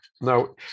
no